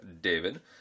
David